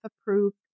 approved